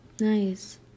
Nice